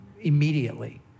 immediately